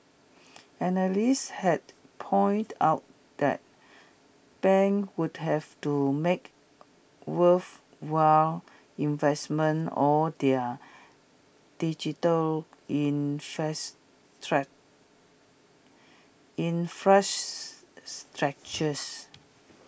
analysts had pointed out that banks would have to make worthwhile investments or their digital infrastructures